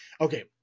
okay